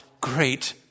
great